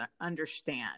understand